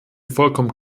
vollkommen